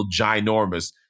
ginormous